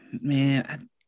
man